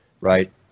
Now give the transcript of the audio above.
right